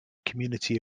community